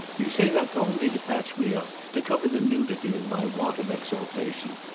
you say that only to patch me up to cover the nudity of my want of exaltation.